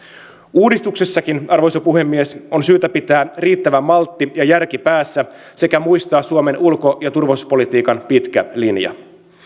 uudistuksissakin arvoisa puhemies on syytä pitää riittävä maltti ja järki päässä sekä muistaa suomen ulko ja turvallisuuspolitiikan pitkä linja